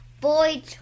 Boy